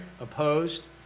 opposed